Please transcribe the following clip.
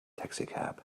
taxicab